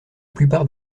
plupart